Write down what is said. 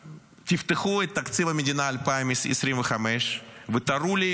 תפתחו את תקציב המדינה 2025 ותראו לי